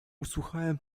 usłuchałem